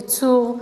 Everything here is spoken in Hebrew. ייצור,